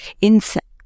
insects